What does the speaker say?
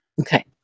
Okay